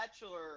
Bachelor